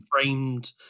framed